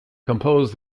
composed